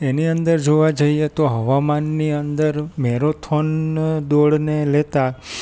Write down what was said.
એની અંદર જોવા જઈએ તો હવામાનની અંદર મેરોથોન દોડને લેતા